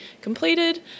completed